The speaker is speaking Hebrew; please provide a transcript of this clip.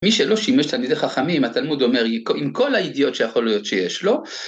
מי שלא שימש תלמידי חכמים, התלמוד אומר עם כל ידיעות שיכול להיות שיש לו.